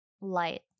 light